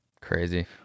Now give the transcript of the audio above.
Crazy